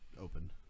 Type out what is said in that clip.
open